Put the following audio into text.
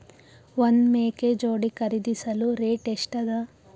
ಒಂದ್ ಮೇಕೆ ಜೋಡಿ ಖರಿದಿಸಲು ರೇಟ್ ಎಷ್ಟ ಅದ?